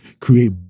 create